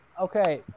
Okay